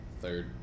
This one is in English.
Third